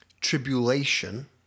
tribulation